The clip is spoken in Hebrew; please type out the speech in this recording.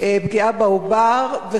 פגיעה בעובר,